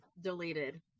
deleted